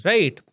Right